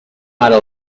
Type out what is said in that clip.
ara